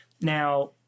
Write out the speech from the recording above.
Now